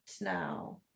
now